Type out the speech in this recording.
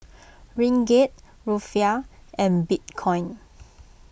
Ringgit Rufiyaa and Bitcoin